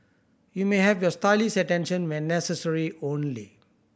you may have your stylist's attention when necessary only